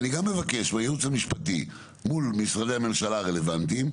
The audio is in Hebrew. אני גם מבקש מהייעוץ המשפטי מול משרדי הממשלה הרלוונטיים,